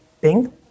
Bing